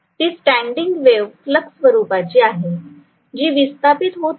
ती standing wave pulse स्वरूपाची आहे जी विस्थापित होत नाही